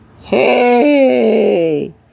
Hey